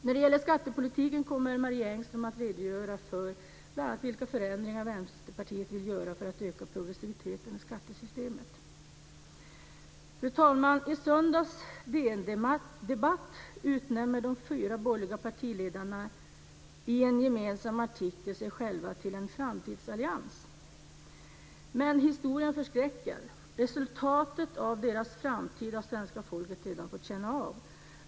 När det gäller skattepolitiken kommer Marie Engström att redogöra för bl.a. vilka förändringar Vänsterpartiet vill genomföra för att öka progressiviteten i skattesystemet. Fru talman! I en gemensam artikel på söndagens DN Debatt utnämner de fyra borgerliga partiledarna sig själva som en framtidsallians. Men historien förskräcker. Resultatet av deras framtid har svenska folket redan fått känna av.